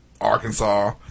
Arkansas